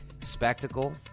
spectacle